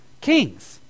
kings